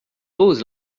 pose